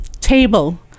table